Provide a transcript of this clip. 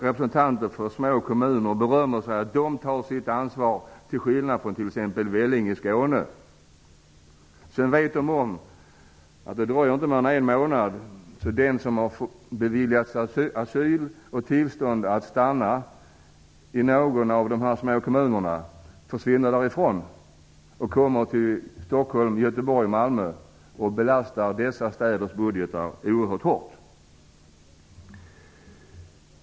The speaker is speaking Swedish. Representanter för små kommuner berömmer sig av att de tar sitt ansvar, till skillnad från t.ex. Vellinge kommun i Skåne. Men de vet att det inte dröjer mer än en månad sedan flyktingarna har beviljats asyl och tillstånd att stanna i någon av de små kommunerna förrän de försvinner därifrån och kommer till Stockholm, Göteborg och Malmö och belastar dessa städers budgetar oerhört hårt.